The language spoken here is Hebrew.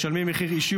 משלמים מחיר אישי,